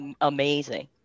amazing